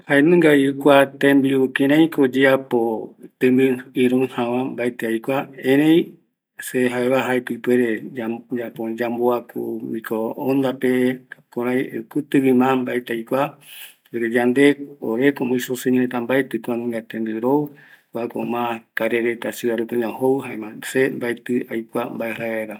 Jaenungavi kua tembiu kiraiko oyeapo tembiu ïroɨjava mbaetɨ aikua, erei se jaeva jaeko ipuere yamboaku kua microonda pe, kutiɨgui mas mbaetɨ aikua. Ore como isoseñoreta mbaetɨ kuanunga tembiu rou. Kuako mas karaireta jou